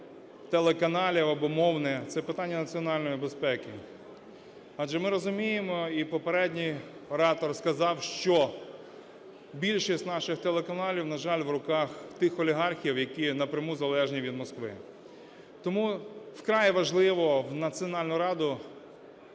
телеканалів або мовне, це питання національної безпеки. Адже ми розуміємо і попередній оратор сказав, що більшість наших телеканалів, на жаль, в руках тих олігархів, які напряму залежні від Москви. Тому вкрай важливо в Національну раду